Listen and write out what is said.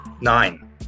Nine